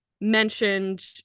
mentioned